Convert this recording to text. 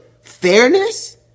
fairness